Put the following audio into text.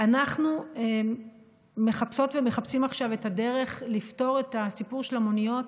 אנחנו מחפשות ומחפשים עכשיו את הדרך לפתור את הסיפור של המוניות